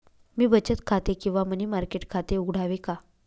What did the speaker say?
मी बचत खाते किंवा मनी मार्केट खाते उघडावे का?